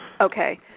Okay